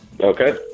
Okay